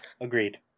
agreed